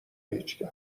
هیچکس